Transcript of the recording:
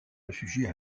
réfugier